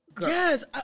Yes